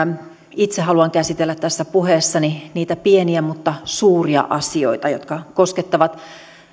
itse haluan käsitellä tässä puheessani niitä pieniä mutta suuria asioita jotka koskettavat